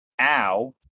Ow